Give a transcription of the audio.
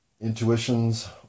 intuitions